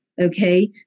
Okay